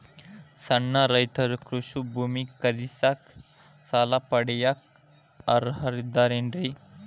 ಸಣ್ಣ ರೈತರು ಕೃಷಿ ಭೂಮಿ ಖರೇದಿಸಾಕ, ಸಾಲ ಪಡಿಯಾಕ ಅರ್ಹರಿದ್ದಾರೇನ್ರಿ?